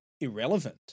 irrelevant